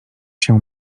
się